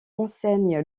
enseigne